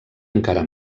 encara